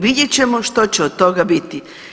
Vidjet ćemo što će od toga biti.